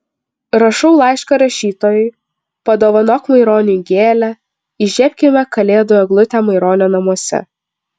rašau laišką rašytojui padovanok maironiui gėlę įžiebkime kalėdų eglę maironio namuose